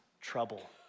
trouble